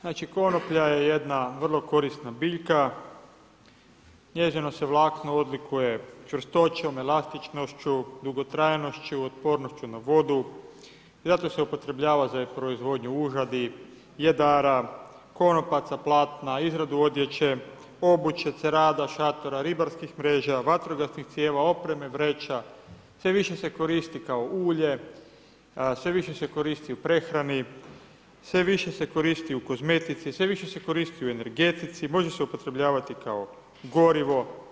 Znači konoplja je jedna vrlo korisna biljka, njezino se vlakno odlikuje čvrstoćom, elastičnošću, dugotrajnošću, otpornošću na vodu i zato se upotrebljava za proizvodnju užadi, jedara, konopaca, platna, izradu odjeće, obuće, cerada, šatora, ribarskih mreža, vatrogasnih crijeva, opreme, vreća sve više se koristi kao ulje, sve više se koristi u prehrani, sve više se koristi u kozmetici, sve više se koristi u energetici, može se upotrebljavati kao gorivo.